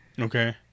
Okay